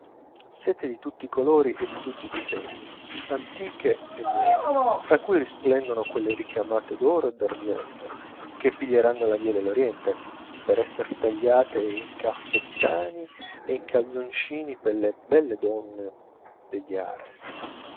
sete di tutti i colori e di tutti i disegni antiche e nuove fra cui risplendono quelle ricamate d'oro e d'argento che piglieranno la via dell'oriente per esser tagliate in caffettani e in calzoncini per le belle donne